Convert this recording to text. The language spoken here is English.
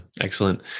excellent